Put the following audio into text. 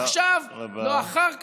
לא עכשיו, לא אחר כך,